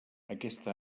aquesta